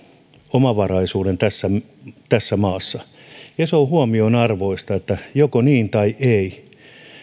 omavaraisuuden tässä maassa se on huomionarvoista että joko on niin tai ei